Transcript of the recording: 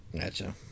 Gotcha